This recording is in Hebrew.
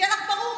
שיהיה לך ברור,